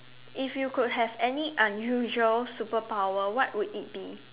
if you could have any unusual superpower what would it be